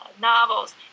novels